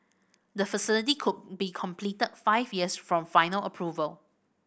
the facility could be completed five years from final approval